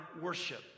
worship